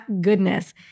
goodness